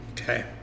Okay